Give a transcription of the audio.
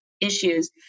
issues